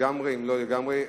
אם לא לגמרי.